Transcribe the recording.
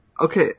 Okay